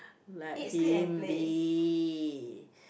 let him be